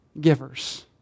givers